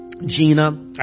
Gina